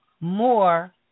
more